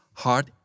heart